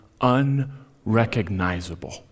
unrecognizable